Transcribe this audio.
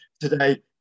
today